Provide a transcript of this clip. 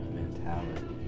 mentality